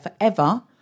forever